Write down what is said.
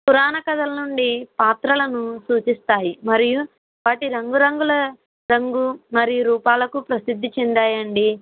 పురాణ కథలు నుండి పాత్రలను సూచిస్తాయి మరియు వాటి రంగు రంగుల రంగు మరియు రూపాలకు ప్రసిద్ధి చెందాయండి